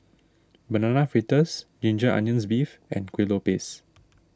Banana Fritters Ginger Onions Beef and Kuih Lopes